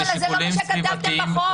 זה לא מה שכתבתם בחוק.